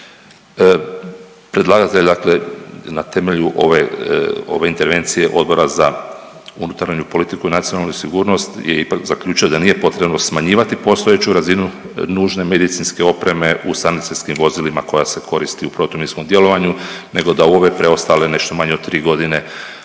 Predlagatelj dakle na temelju ove, ove intervencije Odbora za unutarnju politiku i nacionalnu sigurnost je ipak zaključio da nije potrebno smanjivati postojeću razinu nužne medicinske opreme u sanitetskim vozilima koja se koristi u protuminskom djelovanju nego da u ove preostale, nešto manje od 3 godine